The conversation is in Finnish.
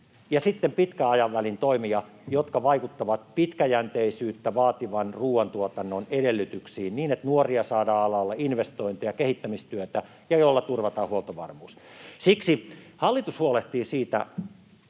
pitkän aikavälin toimia, jotka vaikuttavat pitkäjänteisyyttä vaativan ruoantuotannon edellytyksiin niin, että alalle saadaan nuoria, investointeja ja kehittämistyötä, ja joilla turvataan huoltovarmuus. Siksi hallitus huolehtii niistä